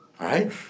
right